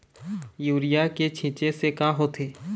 Urea के छींचे से का होथे?